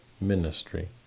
ministry